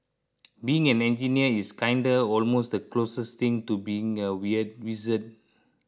being an engineer is kinda almost the closest thing to being a weird wizard